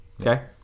okay